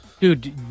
dude